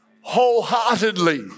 wholeheartedly